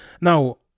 Now